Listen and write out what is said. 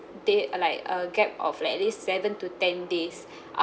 they uh like a gap of at least seven to ten days